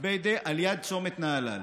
ליד צומת נהלל.